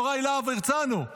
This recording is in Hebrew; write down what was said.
יוראי להב הרצנו,